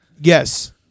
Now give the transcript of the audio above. yes